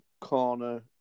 corner